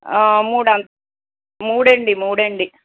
ఆ మూడు మూడండి మూడండి